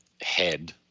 head